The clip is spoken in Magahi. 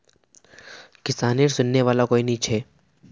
किसानेर सुनने वाला कोई नी छ